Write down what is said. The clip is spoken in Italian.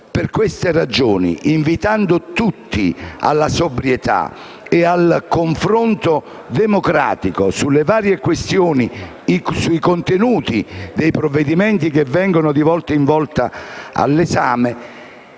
Per queste ragioni, invitando tutti alla sobrietà e al confronto democratico sulle varie questioni e sui contenuti dei provvedimenti che vengono di volta in volta all'esame,